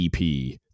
EP